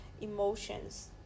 emotions